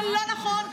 זה לא נכון.